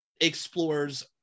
explores